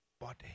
body